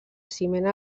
ciment